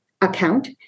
account